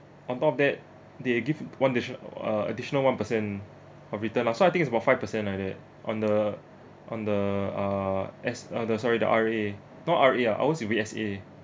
on top of that they give one addition~ or uh additional one percent of return lah so I think it's about five percent like that on the on the uh S uh the sorry the R_A not R_A ah ours will be S_A